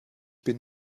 bin